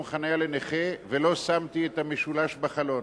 חנייה לנכה ולא שמתי את המשולש בחלון.